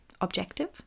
Objective